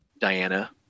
Diana